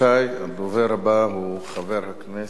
הדובר הבא הוא חבר הכנסת